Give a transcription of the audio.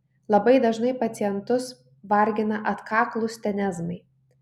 labai dažnai pacientus vargina atkaklūs tenezmai